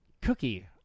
cookie